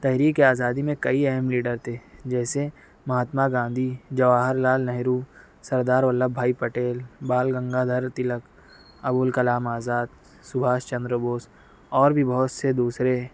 تحریک آزادی میں کئی اہم لیڈر تھے جیسے Mahatma Gandhi Jawaharlal Nehru Sardar Vallabhbhai Patel Bal Gangadhar Tilak Abul Kalam Azad سبھاش چندر بوس اور بھی بہت سے دوسرے